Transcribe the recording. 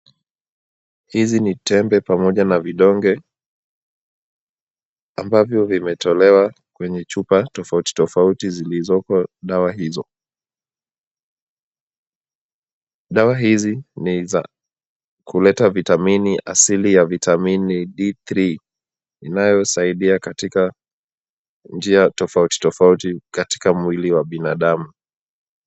Hizi ni tembe pamoja na vidonge ambavyo vimetolewa kwenye chupa tofauti tofauti zilizoko dawa hizo. Dawa hizi ni za kuleta vitamini asili ya vitamini D3 inayosaidia katika njia tofauti tofauti katika mwili wa binadamu.